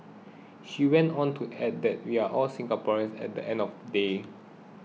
she went on to add that we are all Singaporeans at the end of the day